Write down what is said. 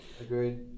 Agreed